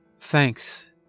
Thanks